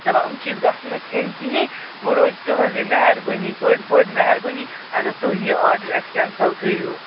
دَپان یِم چیٖز گژھن نہٕ کھیٚنۍ کِہیٖنۍ وۄنۍ روزِ تُہٕنٛز یہِ مہربٲنی بٔڑ بٔڑ مہربٲنی اگر تُہۍ یہِ آرڈَر اَسہِ کٮ۪نسَل کٔرِو